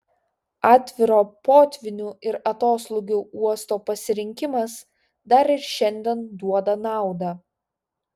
atviro potvynių ir atoslūgių uosto pasirinkimas dar ir šiandien duoda naudą